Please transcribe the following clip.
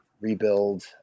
rebuild